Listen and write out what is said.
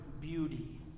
beauty